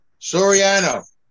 Soriano